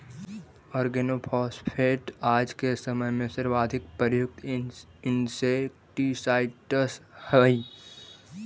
organophosphate आज के समय में सर्वाधिक प्रयुक्त इंसेक्टिसाइट्स् हई